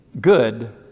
good